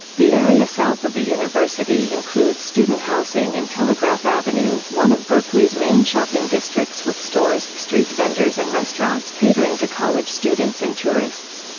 the area south of the university includes student housing and telegraph avenue, one of berkeley's main shopping districts with stores, street vendors and restaurants catering to college students and tourists.